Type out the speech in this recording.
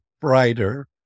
brighter